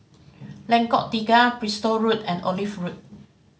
Lengkok Tiga Bristol Road and Olive Road